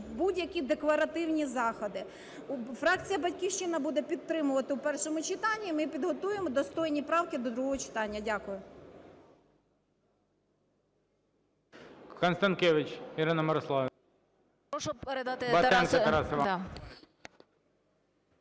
будь-які декларативні заходи. Фракція "Батьківщина" буде підтримувати у першому читанні. Ми підготуємо достойні правки до другого читання. Дякую.